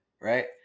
right